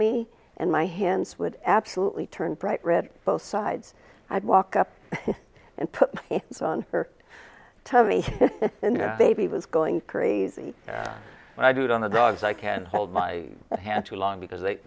me and my hands would absolutely turn bright red both sides i'd walk up and put it on her tummy baby was going crazy i do it on the dogs i can hold my hand too long because they